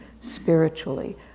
spiritually